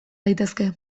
daitezke